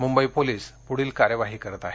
Mumbai police पुढील कार्यवाही करत आहेत